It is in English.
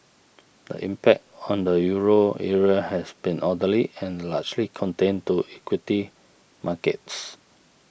the impact on the Euro area has been orderly and largely contained to equity markets